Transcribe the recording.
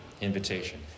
invitation